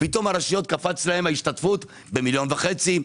פתאום הרשויות קפץ להם ההשתתפות במיליון וחצי,